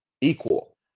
equal